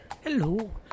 Hello